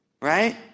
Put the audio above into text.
Right